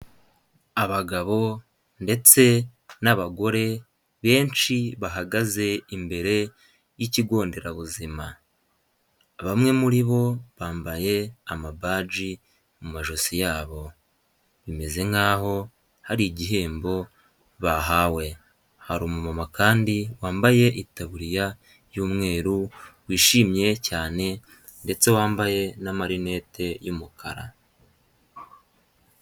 Abagabo ndetse n'abagore benshi bahagaze imbere y'ikigo nderabuzima, bamwe muri bo bambaye amabaji mu majosi yabo bimeze nk'aho hari igihembo bahawe, hari umumama kandi wambaye itaburiya y'umweru wishimye cyane ndetse wambaye n'amarinete y'umukara.